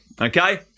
Okay